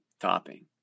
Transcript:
topping